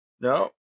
No